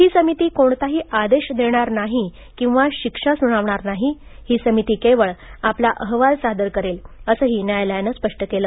ही समिती कोणताही आदेश देणार नाही किंवा शिक्षा सुनावणार नाही ही समिती केवळ आपला अहवाल सादर करेल असंही न्यायालयानं सांगितलं